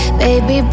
baby